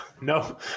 No